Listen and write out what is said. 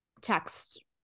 text